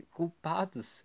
culpados